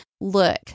Look